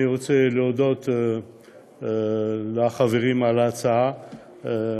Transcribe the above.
אני רוצה להודות לחברים על ההצעה,